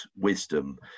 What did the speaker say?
wisdom